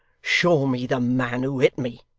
show me the man who hit me